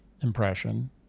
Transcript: impression